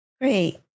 Great